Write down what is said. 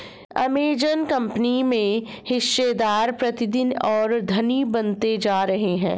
Amazon company के हिस्सेदार प्रतिदिन और धनी बनते जा रहे हैं